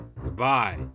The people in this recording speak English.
Goodbye